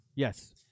Yes